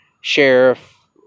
sheriff